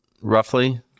roughly